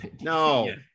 No